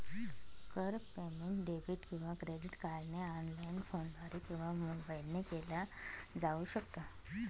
कर payment debit किंवा credit कार्डने ऑनलाइन, फोनद्वारे किंवा मोबाईल ने केल जाऊ शकत